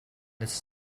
its